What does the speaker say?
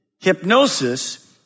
hypnosis